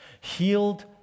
Healed